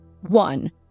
One